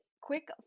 quick